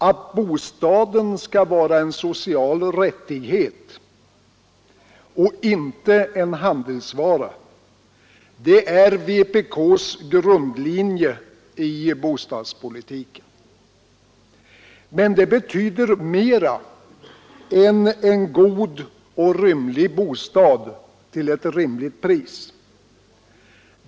Att bostaden skall vara en social rättighet och inte en handelsvara är vpk:s grundlinje i bostadspolitiken. Men detta betyder mera än en god och rymlig bostad till rimligt pris.